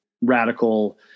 radical